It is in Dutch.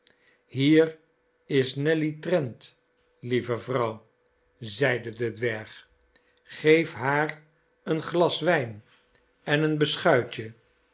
hier is nelly trent lieve vrouw zeide de dwerg geef haar een glas wijn en een beschuitje